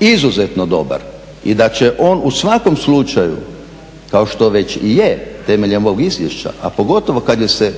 izuzetno dobar i da će on u svakom slučaju kao što već i je temeljem ovog izvješća a pogotovo kad se